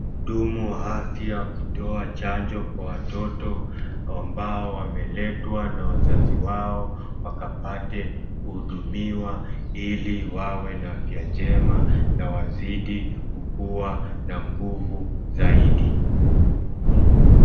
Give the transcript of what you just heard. Mhudumu wa afya akitoa chanjo kwa watoto ambao wameletwa na wazazi wao wakapate kuhudumiwa ili wawe na afya njema na wazidi kukuwa na nguvu zaidi.